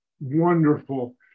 Wonderful